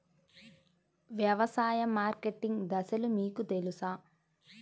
వ్యవసాయ మార్కెటింగ్ దశలు మీకు తెలుసా?